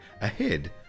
ahead